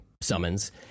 summons